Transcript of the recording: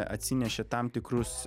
atsinešė tam tikrus